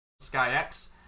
SkyX